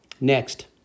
Next